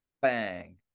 Bang